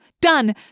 Done